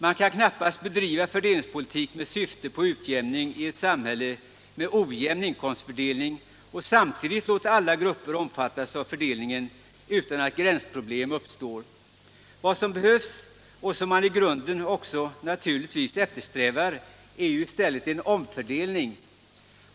Man kan knappast bedriva fördelningspolitik med syfte på utjämning i ett samhälle med ojämn inkomstfördelning och samtidigt låta alla grupper omfattas av fördelningen utan att gränsproblem uppstår. Vad som behövs och vad man naturligtvis också i grunden eftersträvar är ju i stället en omfördelning.